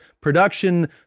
production